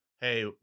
Hey